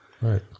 Right